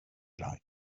lai